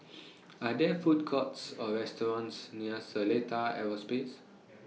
Are There Food Courts Or restaurants near Seletar Aerospace